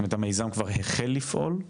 זאת אומרת, המיזם כבר החל לפעול?